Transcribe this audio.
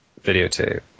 videotape